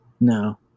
No